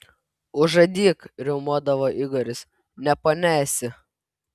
užadyk riaumodavo igoris ne ponia esi